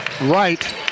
Right